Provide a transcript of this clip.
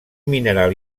mineral